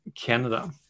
Canada